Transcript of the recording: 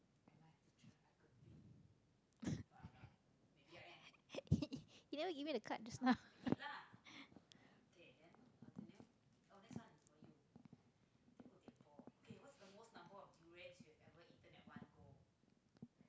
you never give me the card just now